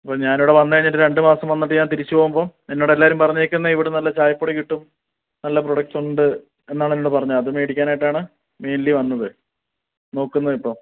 അപ്പം ഞാൻ ഇവിടെ വന്നു കഴിഞ്ഞിട്ട് രണ്ടുമാസം വന്നിട്ട് ഞാൻ തിരിച്ചു പോവുമ്പോൾ എന്നോട് എല്ലാവരും പറഞ്ഞിരിക്കുന്നത് ഇവിടെ നല്ല ചായപ്പൊടി കിട്ടും നല്ല പ്രോഡക്റ്റ്സ് ഉണ്ട് എന്നാണ് എന്നോട് പറഞ്ഞത് അത് മേടിക്കാൻ ആയിട്ടാണ് മെയിന്ലി വന്നത് നോക്കുന്നത് ഇപ്പോൾ